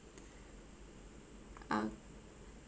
uh